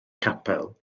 capel